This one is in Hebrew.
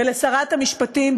ולשרת המשפטים,